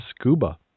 scuba